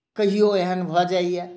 कहियो एहन भऽ जाइए